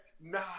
Nah